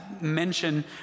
mention